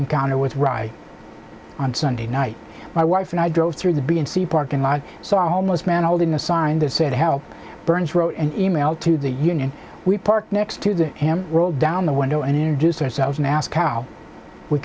encounter with riot on sunday night my wife and i drove through the b and c parking lot so almost man holding a sign that said help burns wrote an email to the union we parked next to the roll down the window and introduced ourselves and asked how we